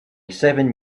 seven